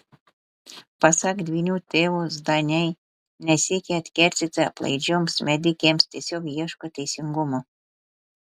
pasak dvynių tėvo zdaniai nesiekia atkeršyti aplaidžioms medikėms tiesiog ieško teisingumo